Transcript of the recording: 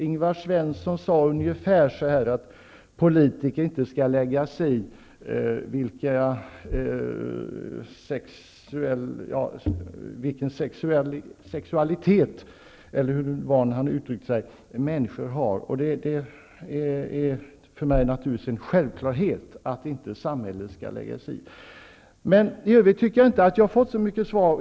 Ingvar Svensson sade att politiker inte skall lägga sig i vilken sexualitet, eller hur han uttryckte sig, som människor har. Det är för mig naturligtvis en självklarhet att inte samhället skall lägga sig i detta. I övrigt tycker jag inte att jag har fått något vidare svar.